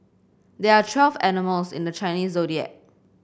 there are twelve animals in the Chinese Zodiac